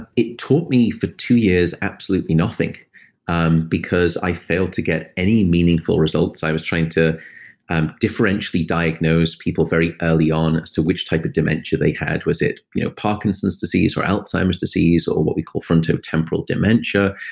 ah it taught me, for two years, absolutely nothing um because i failed to get any meaningful results. i was trying to differentially diagnose people very early on as to which type of dementia they had. was it you know parkinson's disease or alzheimer's disease, or what we call frontotemporal dementia?